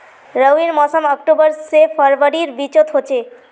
रविर मोसम अक्टूबर से फरवरीर बिचोत होचे